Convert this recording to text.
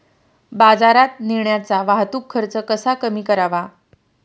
बाजारात नेण्याचा वाहतूक खर्च कसा कमी करावा?